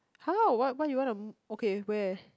how what what you wanna okay where